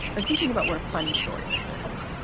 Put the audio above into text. i was thinking about what a funny story this is,